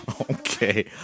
Okay